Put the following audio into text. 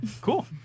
Cool